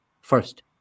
first